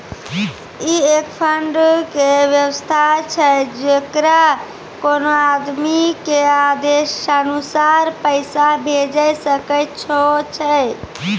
ई एक फंड के वयवस्था छै जैकरा कोनो आदमी के आदेशानुसार पैसा भेजै सकै छौ छै?